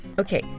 Okay